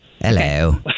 hello